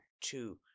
Two